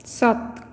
ਸੱਤ